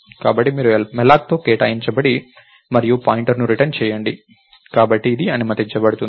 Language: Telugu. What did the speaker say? కాబట్టి మీరు malloc తో కేటాయించండి మరియు పాయింటర్ ని రిటర్న్ చేయండి కాబట్టి ఇది అనుమతించబడుతుంది